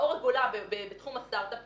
מאור לגולה בתחום הסטרט-אפ,